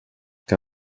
que